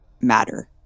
matter